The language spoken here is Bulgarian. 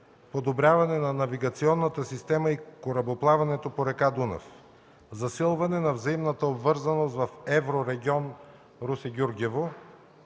подобряване на навигационната система и корабоплаването по река Дунав; засилване на взаимната обвързаност в евро регион Русе–Гюргево;